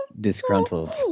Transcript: disgruntled